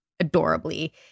adorably